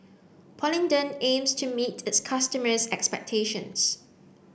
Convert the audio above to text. Polident aims to meet its customers' expectations